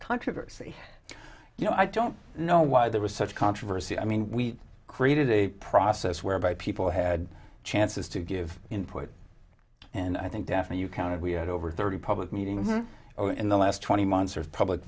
controversy you know i don't know why there was such controversy i mean we created a process whereby people had chances to give input and i think definite you counted we had over thirty public meetings in the last twenty months or public